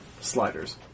sliders